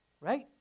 Right